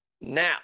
Now